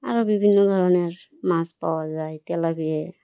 আরও বিভিন্ন ধরনের মাছ পাওয়া যায় তেলাপিয়া